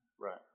Right